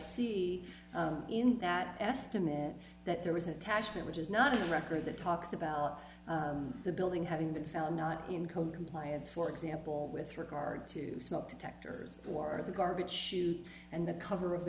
see in that estimate that there was an attachment which is not a record that talks about the building having been found not in compliance for example with regard to smoke detectors or the garbage chute and the cover of the